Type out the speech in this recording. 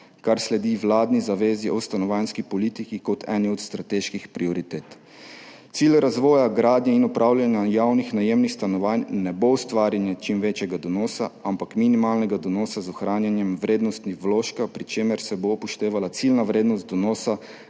kar sledi vladni zavezi o stanovanjski politiki kot eni od strateških prioritet. Cilj razvoja gradnje in upravljanja javnih najemnih stanovanj ne bo ustvarjanje čim večjega donosa, ampak minimalnega donosa z ohranjanjem vrednosti vložka, pri čemer se bo upoštevala ciljna vrednost donosa